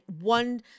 one